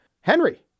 Henry